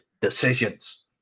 decisions